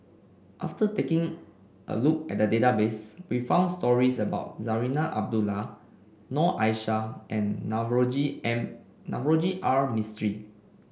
after taking a look at the database we found stories about Zarinah Abdullah Noor Aishah and Navroji and Navroji R Mistri